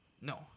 No